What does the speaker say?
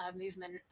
movement